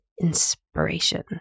inspiration